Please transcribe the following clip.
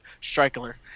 striker